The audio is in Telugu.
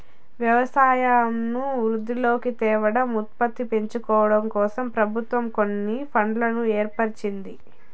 వ్యవసాయంను వృద్ధిలోకి తేవడం, ఉత్పత్తిని పెంచడంకోసం ప్రభుత్వం కొన్ని ఫండ్లను ఏర్పరిచింది